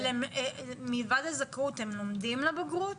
מלבד הזכאות הם לומדים לבגרות?